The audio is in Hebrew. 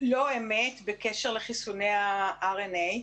לא אמת בקשר לחיסוני ה-RNA,